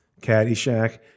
Caddyshack